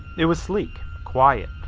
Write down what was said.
it was sleek, quiet,